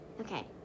Okay